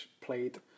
played